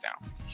down